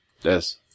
Yes